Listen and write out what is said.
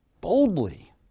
boldly